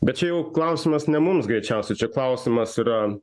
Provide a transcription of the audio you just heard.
bet čia jau klausimas ne mums greičiausiai čia klausimas yra